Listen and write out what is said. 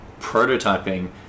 prototyping